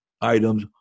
items